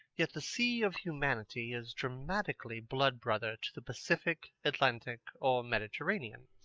yet the sea of humanity is dramatically blood-brother to the pacific, atlantic, or mediterranean.